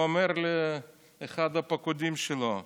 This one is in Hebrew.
הוא אומר לאחד הפקודים שלו: